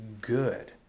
good